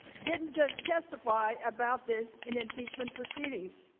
didn't just testify about this in impeachment proceedings.